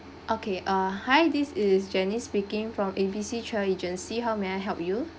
okay uh hi this is janice speaking from A B C travel agency how may I help you